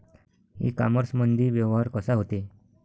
इ कामर्समंदी व्यवहार कसा होते?